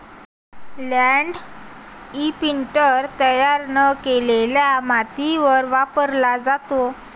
land imprinter तयार न केलेल्या मातीवर वापरला जातो